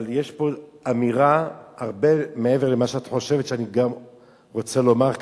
אבל יש פה אמירה הרבה מעבר למה שאת חושבת שאני רוצה לומר כרגע.